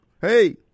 Hey